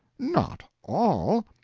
not all!